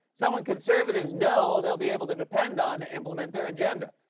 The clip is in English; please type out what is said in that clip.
someone conservatives know they'll be able to depend on to implement their agenda.